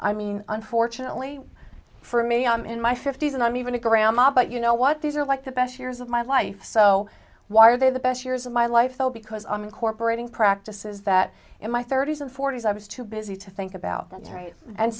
i mean unfortunately for me i'm in my fifty's and i'm even a grandma but you know what these are like the best years of my life so why are they the best years of my life though because i'm incorporating practices that in my thirty's and forty's i was too busy to think about that right and